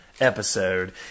episode